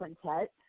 Quintet